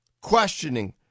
questioning